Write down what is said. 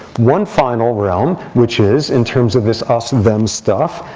one final realm, which is in terms of this us them stuff,